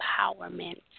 empowerment